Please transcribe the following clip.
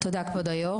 תודה רבה.